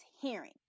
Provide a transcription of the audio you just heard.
hearing